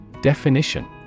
Definition